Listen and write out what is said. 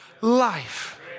life